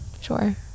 sure